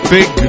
Big